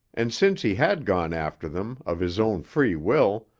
and since he had gone after them of his own free will,